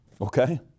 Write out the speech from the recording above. okay